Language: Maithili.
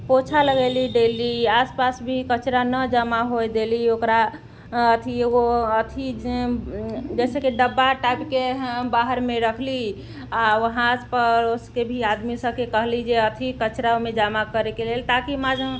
पोछा लगैली डेली आसपास भी कचड़ा नहि जमा होइ देली ओकरा अथी एगो अथी जैसे कि डब्बा टाइपके बाहरमे रखली आओर वहाँपर आदमीके कहली जे अथी कचड़ामे जमा करैके लेल ताकि